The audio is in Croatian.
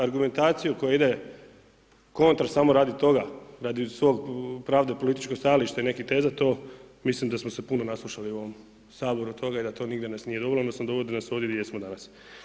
Argumentaciju koja ide kontra samo radi toga, radi svog pravde i političkog stajališta i nekih teza to mislim da smo se puno naslušali u ovom Saboru od toga i da to nigdje nas nije dovelo odnosno dovodi nas ovdje gdje jesmo danas.